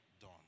done